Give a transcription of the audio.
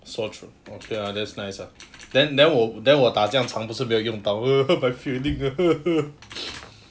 sore throat okay lah that's nice lah then then 我 then 我打这样长不是没有用到 hurt my feeling